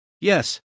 Yes